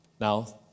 now